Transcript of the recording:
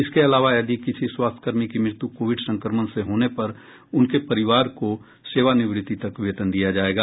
इसके अलावा यदि किसी स्वास्थ्य कर्मी की मृत्यु कोविड संक्रमण से होने पर उनके परिवार को सेवानिवृत्ति तक वेतन दिया जायेगा